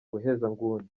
ubuhezanguni